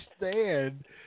understand